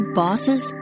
bosses